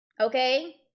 Okay